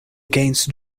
against